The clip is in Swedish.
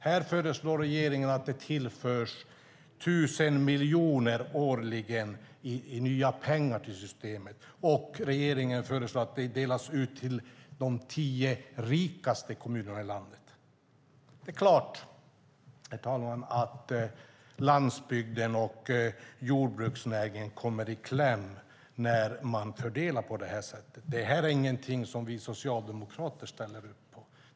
Här föreslår regeringen att det tillförs 1 000 miljoner årligen i nya pengar till systemet och att de delas ut till de tio rikaste kommunerna i landet. Det är klart, herr talman, att landsbygden och jordbruksnäringen kommer i kläm när man gör en fördelning på det här sättet. Det här är ingenting som vi socialdemokrater ställer upp på.